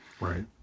Right